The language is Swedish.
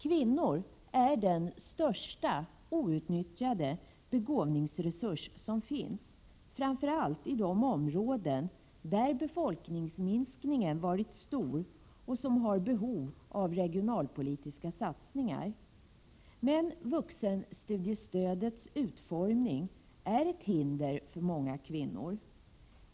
Kvinnor är den största outnyttjade begåvningsresurs som finns, framför allt i de områden där befolkningsminskningen varit stor och där man har behov av regionalpolitiska satsningar. Men vuxenstudiestödets utformning är ett hinder för många kvinnor.